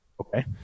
Okay